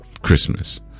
Christmas